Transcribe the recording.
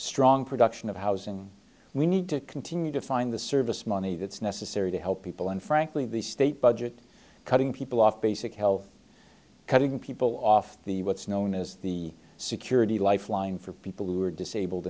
strong production of housing we need to continue to find the service money that's necessary to help people and frankly the state budget cutting people off basic health cutting people off the what's known as the security lifeline for people who are disabled